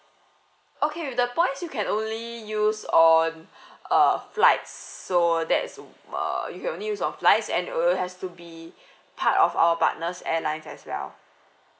okay the points you can only use on uh flights so that's err you can only use of flights and it will has to be part of our partners airline as well